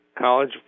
College